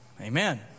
Amen